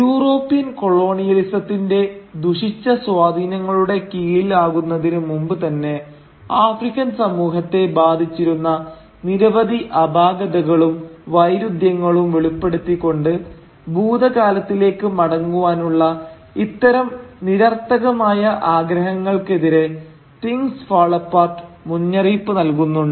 European കൊളോണിയലിസത്തിന്റെ ദുഷിച്ച സ്വാധീനങ്ങളുടെ കീഴിൽ ആകുന്നതിനു മുമ്പ് തന്നെ ആഫ്രിക്കൻ സമൂഹത്തെ ബാധിച്ചിരുന്ന നിരവധി അപാകതകളും വൈരുദ്ധ്യങ്ങളും വെളിപ്പെടുത്തിക്കൊണ്ട് ഭൂതകാലത്തിലേക്ക് മടങ്ങുവാനുള്ള ഇത്തരം നിരർത്ഥകമായ ആഗ്രഹങ്ങൾക്കെതിരെ തിങ്സ് ഫാൾ അപ്പാർട്ട് മുന്നറിയിപ്പ് നൽകുന്നുണ്ട്